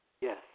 Yes